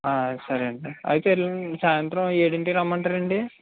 సరే అండి అయితే ఎల్లుండి సాయంత్రం ఏడింటికి రమ్మంటారండీ